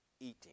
eating